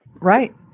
Right